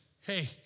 Hey